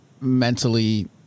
mentally